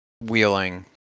wheeling